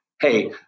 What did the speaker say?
hey